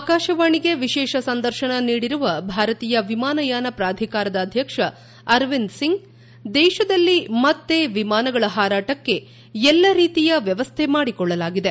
ಆಕಾಶವಾಣಿಗೆ ವಿಶೇಷ ಸಂದರ್ಶನ ನೀಡಿರುವ ಭಾರತೀಯ ವಿಮಾನಯಾನ ಪ್ರಾಧಿಕಾರದ ಅಧ್ಯಕ್ಷ ಅರವಿಂದ್ ಸಿಂಗ್ ದೇಶದಲ್ಲಿ ಮತ್ತೆ ವಿಮಾನಗಳ ಹಾರಾಟಕ್ಕೆ ಎಲ್ಲ ರೀತಿಯ ವ್ಯವಸ್ಥೆ ಮಾಡಿಕೊಳ್ಳಲಾಗಿದೆ